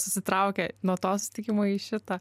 susitraukė nuo to susitikimo į šitą